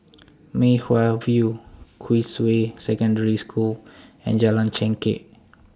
Mei Hwan View Queensway Secondary School and Jalan Chengkek